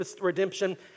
redemption